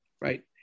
right